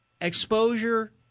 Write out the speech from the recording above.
Exposure